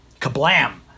Kablam